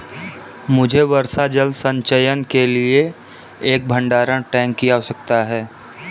मुझे वर्षा जल संचयन के लिए एक भंडारण टैंक की आवश्यकता है